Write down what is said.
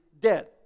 dead